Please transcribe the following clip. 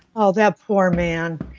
oh, that poor man.